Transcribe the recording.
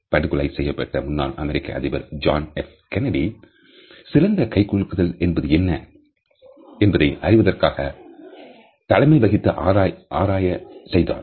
படுகொலை செய்யப்பட்ட முன்னாள் அமெரிக்க ஆளுநர் ஜான் எஃப் கென்னடி சிறந்த கை குலுக்குதல் என்பது என்ன என்பதை அறிவதற்காக தலைமை வகித்து ஆராய செய்தார்